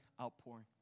outpouring